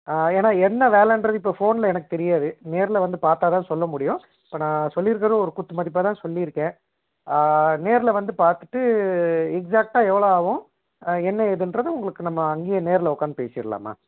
ஏன்னால் என்ன வேலைங்றது இப்போது ஃபோனில் எனக்கு தெரியாது நேரில் வந்து பார்த்தா தான் சொல்ல முடியும் இப்போது நான் சொல்லியிருக்குறது ஒரு குத்துமதிப்பாக தான் சொல்லியிருக்கேன் நேரில் வந்து பார்த்துட்டு எக்ஸ்சாட்டாக எவ்வளோ ஆகும் என்ன ஏதுங்றது உங்களுக்கு நம்ம அங்கேயே நேரில் உட்காந்து பேசிடலாம்மா